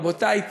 רבותי,